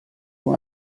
nur